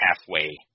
halfway